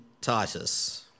Titus